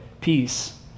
peace